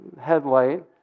headlight